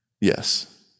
Yes